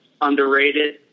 underrated